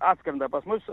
atskrenda pas mus